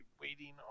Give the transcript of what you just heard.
waiting